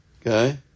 Okay